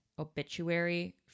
obituary